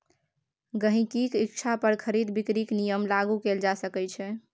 गहिंकीक इच्छा पर खरीद बिकरीक नियम लागू कएल जा सकैत छै